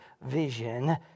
vision